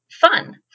fun